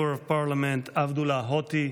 Member of Parliament Avdullah Hoti.